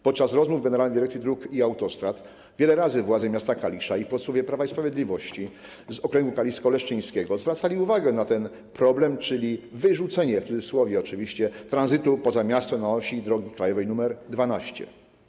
Podczas rozmów z Generalną Dyrekcją Dróg Krajowych i Autostrad wiele razy władze miasta Kalisza i posłowie Prawa i Sprawiedliwości z okręgu kalisko-leszczyńskiego zwracali uwagę na ten problem, czyli wyrzucenie, w cudzysłowie oczywiście, tranzytu poza miasto na osi drogi krajowej nr 12.